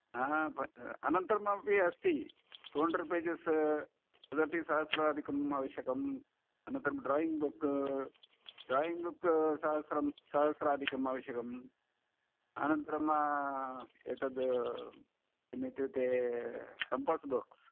आ अनन्तरमपि अस्ति टु हन्ड्रेड् पेजस् तदपि सहस्राधिकम् आवश्यकम् अनन्तरं ड्रायिङ्ग् बुक् ड्रायिङ्ग् बुक् सहस्रं सहस्राधिकम् आवश्यकम् अनन्तरम् एतद् किमित्युक्ते कम्पास् बाक्स्